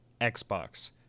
Xbox